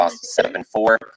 seven-four